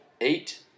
Eight